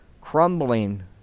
crumbling